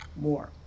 more